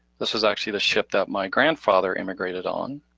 this was actually the ship that my grandfather immigrated on.